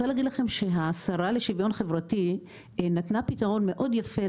השרה לשוויון חברתי נתנה פתרון יפה מאוד